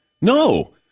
No